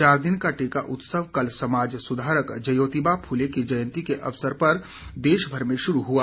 चार दिन का टीका उत्सव कल समाज सुधारक ज्योतिबा फुले की जयंती के अवसर पर देश भर में शुरू हुआ